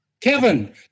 Kevin